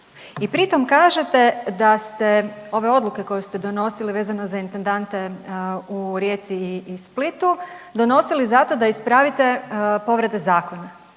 i pritom kažete da ste ove odluke koje ste donosili vezano za intendante u Rijeci i Splitu, donosili zato da ispravite povrede zakona.